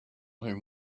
him